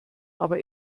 aber